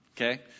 Okay